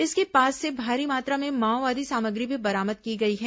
इसके पास से भारी मात्रा में माओवादी सामग्री भी बरामद की गई है